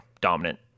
dominant